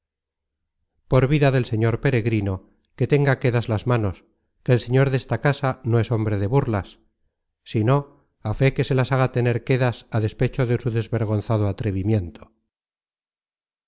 por vida del señor peregrino que tenga quédas las manos que el señor desta casa no es hombre de burlas si no á fe que se las haga tener quédas á despecho de su desvergonzado atrevimiento